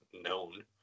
known